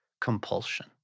compulsion